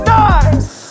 nice